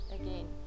again